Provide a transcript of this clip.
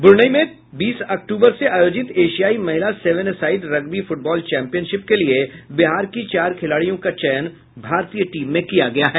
Brunei में बीस अक्टूबर से आयोजित एशियाई महिला seven a side rugby football championship के लिये बिहार की चार खिलाड़ियों का चयन भारतीय टीम में किया गया है